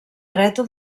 dreta